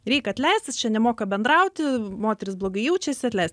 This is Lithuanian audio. reik atleist jis čia nemoka bendrauti moterys blogai jaučiasi atleist